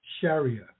sharia